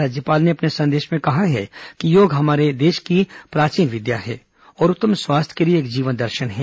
राज्यपाल ने अपने संदेश में कहा है कि योग हमारे देश की प्राचीन विद्या है और उत्तम स्वास्थ्य के लिए एक जीवन दर्शन है